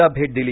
ला भेट दिली